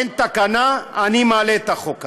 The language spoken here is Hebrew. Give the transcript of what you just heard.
אין תקנה, אני מעלה את החוק הזה.